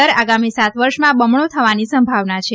દર આગામી સાત વર્ષમાં બમણો થવાની સંભાવના છે